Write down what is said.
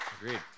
Agreed